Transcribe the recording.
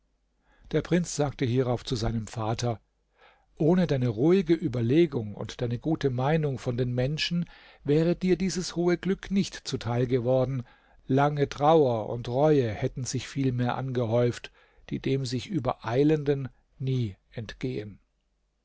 der prinz sagte hierauf zu seinem vater ohne deine ruhige überlegung und deine gute meinung von den menschen wäre dir dieses hohe glück nicht zuteil geworden lange trauer und reue hätten sich vielmehr angehäuft die dem sich übereilenden nie entgehen